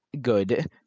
good